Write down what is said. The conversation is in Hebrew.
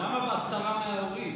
למה בהסתרה מההורים?